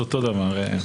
הצעת צו העיריות (עבירות קנס) (תיקון),